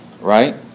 right